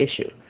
issue